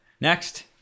next